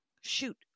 shoot